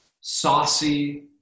saucy